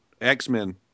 x-men